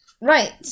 Right